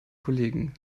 kollegen